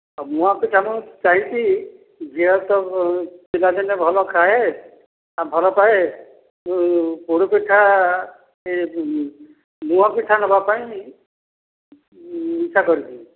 ହଉ ମୁଆଁ ପିଠା ମୁଁ ଚାହିଁଚି ଝିଅ ତ ପିଲାଦିନେ ଭଲ ଖାଏ ଆଉ ଭଲପାଏ ମୁଁ ପୋଡ଼ ପିଠା ମୁଆଁ ପିଠା ନେବା ପାଇଁ ଇଚ୍ଛା କରିଛି